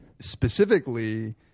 specifically